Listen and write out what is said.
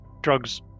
drugs